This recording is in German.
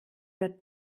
dort